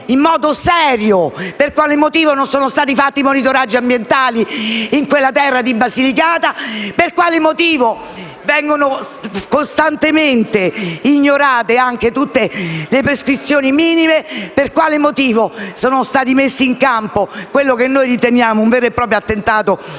in modo serio - per quale motivo non sono stati fatti i monitoraggi ambientali nella terra della Basilicata; per quale motivo vengono costantemente ignorate tutte le prescrizioni minime; per quale motivo è stato perpetrato quello che noi riteniamo un vero e proprio attentato a